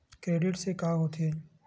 Credit से का होथे?